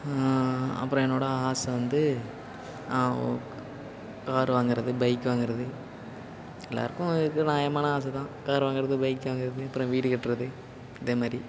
அப்புறோம் என்னோடய ஆசை வந்து நான் ஓ கார் வாங்கிறது பைக் வாங்கிறது எல்லோருக்கும் இருக்குது நியாயமான ஆசை தான் கார் வாங்கிறது பைக் வாங்கிறது அப்புறோம் வீடு கட்டுறது இதே மாதிரி